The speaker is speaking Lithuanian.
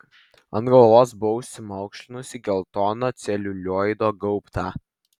ant galvos buvo užsimaukšlinusi geltoną celiulioido gaubtą